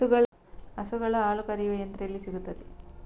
ಹಸುಗಳ ಹಾಲು ಕರೆಯುವ ಯಂತ್ರ ಎಲ್ಲಿ ಸಿಗುತ್ತದೆ?